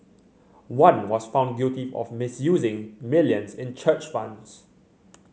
one was found guilty of misusing millions in church funds